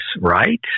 right